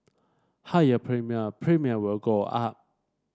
higher premium premium will go up